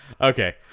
Okay